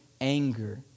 anger